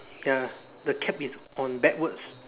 ya the cap is on backwards